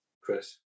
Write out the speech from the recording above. Chris